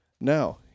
Now